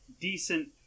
decent